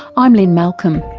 i'm lynne malcolm.